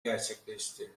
gerçekleşti